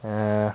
!aiya!